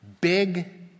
big